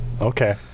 okay